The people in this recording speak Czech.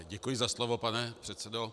Děkuji za slovo, pane předsedo.